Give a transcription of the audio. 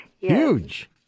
huge